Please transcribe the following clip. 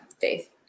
faith